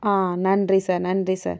நன்றி சார் நன்றி சார்